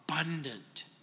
abundant